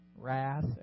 wrath